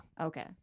Okay